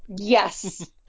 Yes